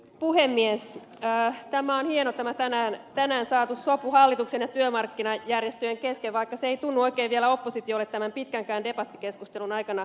tämä on hieno tämä tänään saatu sopu hallituksen ja työmarkkinajärjestöjen kesken vaikka se ei tunnu oikein vielä oppositiolle tämän pitkänkään debattikeskustelun aikana selvinneen